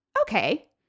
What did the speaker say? okay